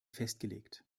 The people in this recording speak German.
festgelegt